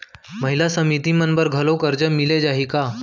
महिला समिति मन बर घलो करजा मिले जाही का?